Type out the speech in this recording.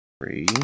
Three